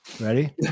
Ready